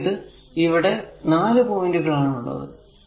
നമുക്ക് ഇവിടെ 4 പോയിന്റുകൾ ആണുള്ളത്